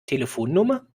telefonnummer